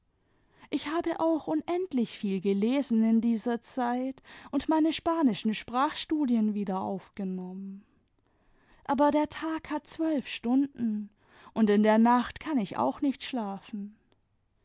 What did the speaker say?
ich habe auch unendlich viel gelesen in dieser zeit und meine spanischen sprachstudien wieder aufgenommen aber der tag hat zwölf stunden und in der nacht kann ich auch nicht schlafen